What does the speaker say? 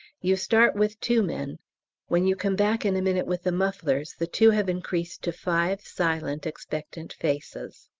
you start with two men when you come back in a minute with the mufflers the two have increased to five silent expectant faces.